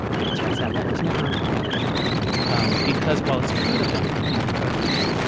but it turns out that was never really true um because while it's true that the thing curves,